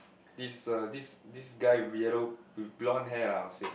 this uh this this guy yellow with blonde hair lah I would say